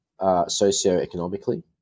socioeconomically